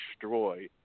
destroy